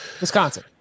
Wisconsin